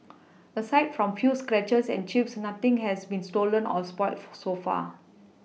aside from few scratches and Chips nothing has been stolen or spoil so far